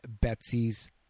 Betsy's